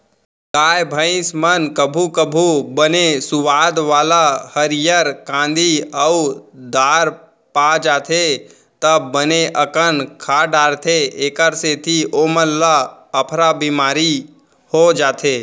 गाय भईंस मन कभू कभू बने सुवाद वाला हरियर कांदी अउ दार पा जाथें त बने अकन खा डारथें एकर सेती ओमन ल अफरा बिमारी हो जाथे